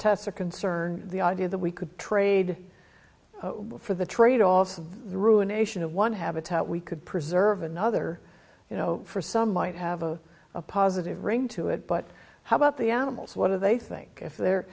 tesla concern the idea that we could trade for the trade off of the ruination of one habitat we could preserve another you know for some might have a positive ring to it but how about the animals what do they think if the